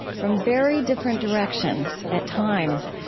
from very different directions, at times,